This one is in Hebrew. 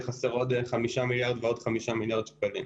חסרים עוד 5 מיליארד ו-5 מיליארד שקלים?